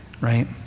right